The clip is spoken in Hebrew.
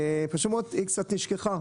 ופשוט מאוד היא קצת נשכחה.